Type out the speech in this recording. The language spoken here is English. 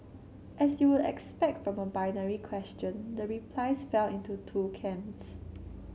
as you would expect from a binary question the replies fell into two camps